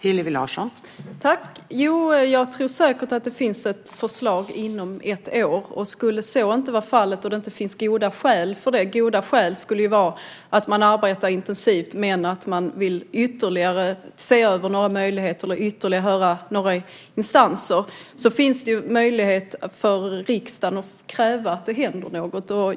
Fru talman! Jo, jag tror säkert att det finns ett förslag inom ett år. Skulle så inte vara fallet och det inte finns goda skäl för det - goda skäl skulle ju vara att man arbetar intensivt men att man ytterligare vill se över några möjligheter eller höra några instanser - finns det ju möjlighet för riksdagen att kräva att det händer något.